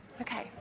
Okay